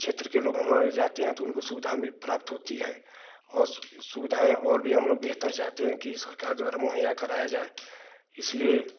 क्षेत्र के लोग हम और भी जाते हैं वह सुविधा भी प्राप्त होती है सुविधाएँ और भी हमलोग बेहतर चाहते हैं कि सरकार द्वारा मुहैया कराया जाए इसलिए